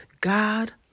God